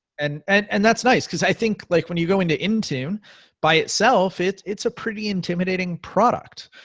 and and and that's nice, cause i think like when you go into intune by itself, it's it's a pretty intimidating product.